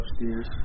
upstairs